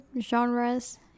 genres